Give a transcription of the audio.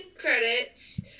credits